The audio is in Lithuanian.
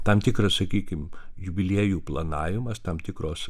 tam tikras sakykim jubiliejų planavimas tam tikros